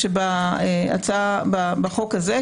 שבחוק הזה,